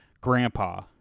Grandpa